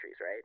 right